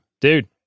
Dude